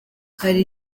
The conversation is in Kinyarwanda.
hari